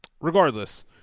Regardless